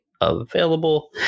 available